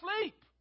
sleep